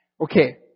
okay